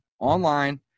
online